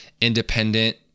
independent